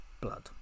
blood